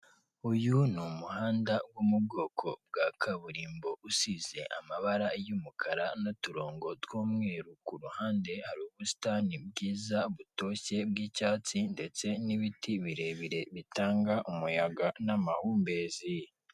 Uyu ni umuhanda wo mu bwoko bwa kaburimbo usize amabara y'umukara n'uturonko tw'umweru, ku ruhande hari ubusitani bwiza butoshye bw'icyatsi ndetse n'ibiti birebire bitanga umuyaga n'amahumbezi.